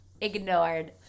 Ignored